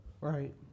Right